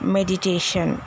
Meditation